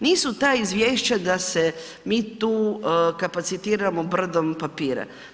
Nisu ta izvješća da se mi tu kapacitiramo tu brdom papira.